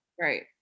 Right